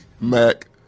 Mac